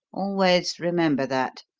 always remember that.